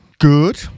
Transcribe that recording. Good